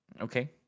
Okay